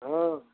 हा